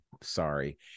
Sorry